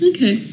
Okay